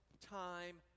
time